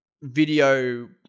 video